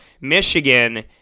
Michigan